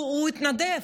הוא התנדב.